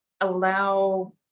allow